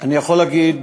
אני יכול להגיד,